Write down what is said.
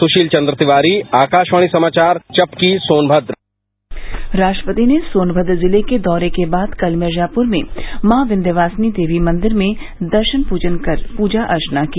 सुशील चंद्र तिवारी आकाशवाणी समाचार चपकी सोनभद्र राष्ट्रपति ने सोनभद्र जिले के दौरे के बाद कल मिर्जापुर में मां विंध्यवासिनी देवी मंदिर में दर्शन कर पूजा अर्चना की